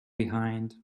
behind